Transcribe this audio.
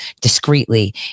discreetly